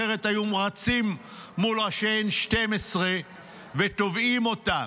אחרת היו רצים מול ראשי N12 ותובעים אותם.